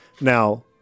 Now